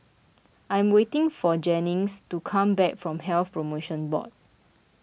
I am waiting for Jennings to come back from Health Promotion Board